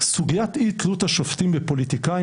סוגיית אי-תלות השופטים בפוליטיקאים,